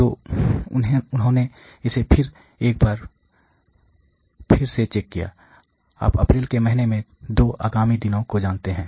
तो उन्होंने इसे फिर एक बार फिर से चेक किया आप अप्रैल के महीने में दो आगामी दिनों को जानते हैं